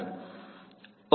વિદ્યાર્થી ઓકે